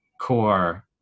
core